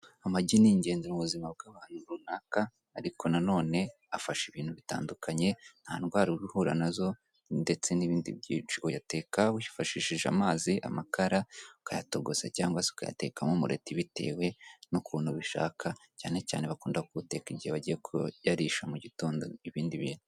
Amagi ni ingenzi mu buzima bw'abantu runaka, ariko nanone afasha ibintu bitandukanye nta ndwara ujya uhura na zo ndetse n'ibindi byinshi, uyateka wifashishije amazi, amakara ukayatogosa cyangwa se ukayatekamo umureti bitewe n'ukuntu ubishaka, cyanecyane bakunda kuwuteka iyo bagiye kuyarisha mu gitondo ibindi bintu.